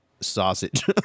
sausage